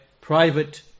private